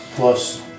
Plus